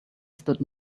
stood